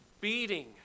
beating